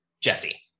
Jesse